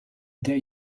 der